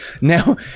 Now